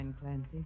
Clancy